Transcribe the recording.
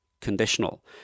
conditional